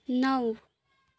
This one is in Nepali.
नौ